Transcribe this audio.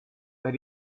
that